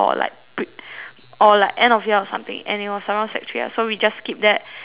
or like end of year or something and it was around sec three lah so we just skip that and then